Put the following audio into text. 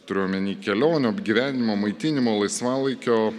turiu omeny kelionių apgyvendinimo maitinimo laisvalaikio